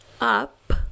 up